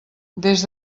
des